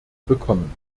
bekommen